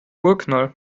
urknall